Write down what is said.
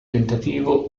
tentativo